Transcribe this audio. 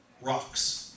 rocks